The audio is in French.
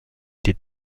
des